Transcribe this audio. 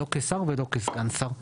לא כשר ולא כסגן שר.